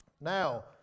Now